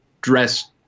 dressed